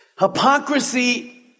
Hypocrisy